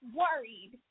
worried